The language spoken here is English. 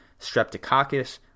streptococcus